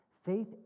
Faith